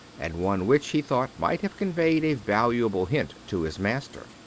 and one which, he thought, might have conveyed a valuable hint to his master.